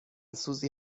سوزی